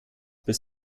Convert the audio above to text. bis